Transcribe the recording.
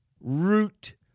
root